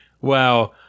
wow